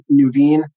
Nuveen